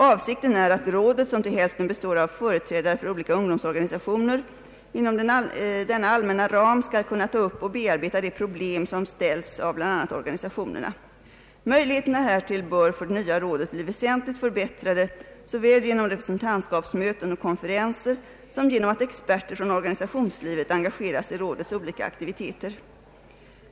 Avsikten är att rådet, som till hälften består av företrädare för olika ungdomsorganisationer, inom <denna allmänna ram skall kunna ta upp och bearbeta de problem som ställs av bl.a. organisationerna. Möjligheterna härtill bör för det nya rådet bli väsentligt förbättrade såväl genom representantskapsmöten och konferenser som genom att experter från organisationslivet engageras i rådets olika aktiviteter.